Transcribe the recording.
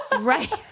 right